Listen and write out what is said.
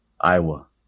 Iowa